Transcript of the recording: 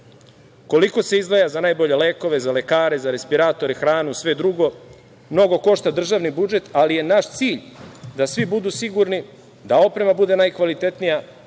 koliko se izdvaja za najbolje lekove, za lekare, za respiratore, hranu, sve drugo, mnogo košta državni budžet, ali je naš cilj da svi budu sigurni, da oprema bude najkvalitetnija,